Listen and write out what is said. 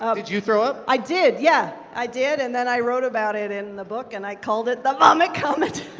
um did you throw up? i did, yeah. i did, and then i wrote about it in the book, and i called it the vomit comet.